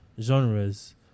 genres